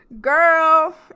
girl